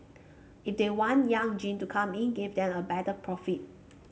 if they want young gen to come in give them a better profit